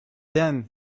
then